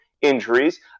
injuries